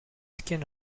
skin